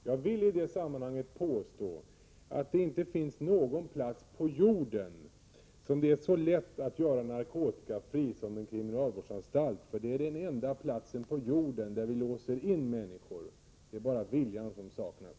Jag vill i det sammanhanget påstå att det inte finns någon plats på jorden som det är så lätt att göra narkotikafri som en kriminalvårdsanstalt. Det är nämligen den enda plats på jorden där vi låser in människor. Det är bara viljan som saknas!